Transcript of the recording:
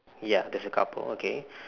ya there's a couple okay